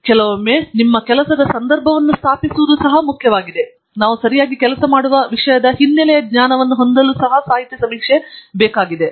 ಮತ್ತು ಕೆಲವೊಮ್ಮೆ ನಿಮ್ಮ ಕೆಲಸದ ಸಂದರ್ಭವನ್ನು ಸ್ಥಾಪಿಸುವುದು ಸಹ ಮುಖ್ಯವಾಗಿದೆ ಮತ್ತು ನಾವು ಸರಿಯಾಗಿ ಕೆಲಸ ಮಾಡುವ ವಿಷಯದ ಹಿನ್ನೆಲೆಯ ಜ್ಞಾನವನ್ನು ಹೊಂದಲು ಸಹ ಇದು ಮುಖ್ಯವಾಗಿದೆ